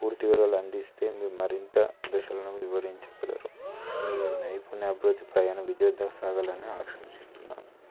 పూర్తి వివరాలను అందిస్తే మేము మరింత దశలను వివరించగలరు మీ నైపుణ్య అభివృద్ధి ప్రయాణ విజయోద్ధరణ సాగాలని ఆక్షింస్తున్నాం